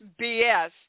BS